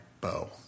bow